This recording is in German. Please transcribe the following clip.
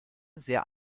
sehr